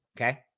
Okay